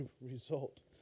result